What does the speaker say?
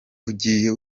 ugiye